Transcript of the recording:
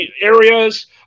areas